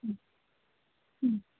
ಹ್ಞೂ ಹ್ಞೂ